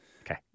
Okay